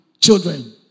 children